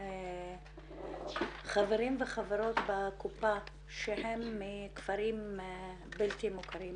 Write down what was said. חברים וחברות בקופה שהם מכפרים בלתי מוכרים?